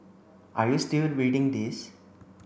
are you still reading this